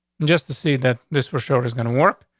just to see that this for sure is gonna work.